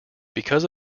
because